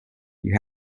you